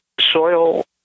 soil